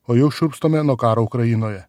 o jau šiurpstame nuo karo ukrainoje